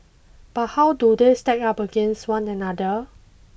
but how do they stack up against one another